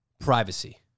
privacy